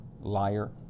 liar